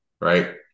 right